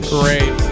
Great